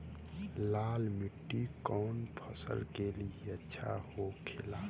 लाल मिट्टी कौन फसल के लिए अच्छा होखे ला?